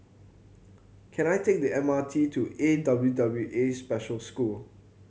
can I take the M R T to A W W A Special School